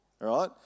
right